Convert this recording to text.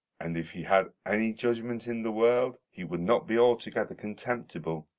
and if he had any judgment in the world, he would not be altogether contemptible.